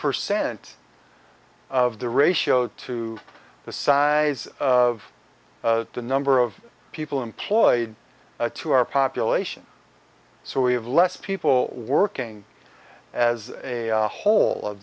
percent of the ratio to the size of the number of people employed to our population so we have less people working as a whole